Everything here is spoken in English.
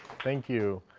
thank you.